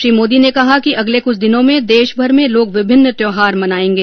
श्री मोदी ने कहा कि अगले कुछ दिनों में देशभर में लोग विभिन्न त्यौहार मनाएंगे